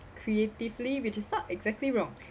creatively which is not exactly wrong